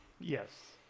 Yes